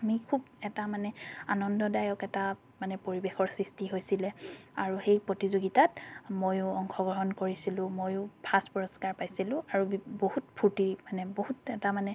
আমি খুব এটা মানে আনন্দদায়ক এটা মানে পৰিৱেশৰ সৃষ্টি হৈছিলে আৰু সেই প্ৰতিযোগিতাত ময়ো অংশগ্ৰহণ কৰিছিলো ময়ো ফাৰ্ষ্ট পুৰস্কাৰ পাইছিলোঁ আৰু বহুত ফূৰ্তি মানে বহুত এটা মানে